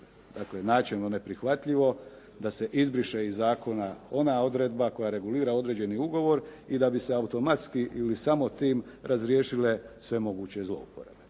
Dakle, načelno neprihvatljivo da se izbriše iz zakona ona odredba koja regulira određeni ugovor i da bi se automatski ili samo tim razriješile sve moguće zlouporabe.